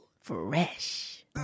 Fresh